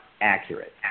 accurate